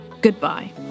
goodbye